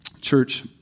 Church